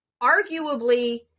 Arguably